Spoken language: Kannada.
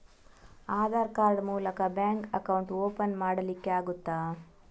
ಆಧಾರ್ ಕಾರ್ಡ್ ಮೂಲಕ ಬ್ಯಾಂಕ್ ಅಕೌಂಟ್ ಓಪನ್ ಮಾಡಲಿಕ್ಕೆ ಆಗುತಾ?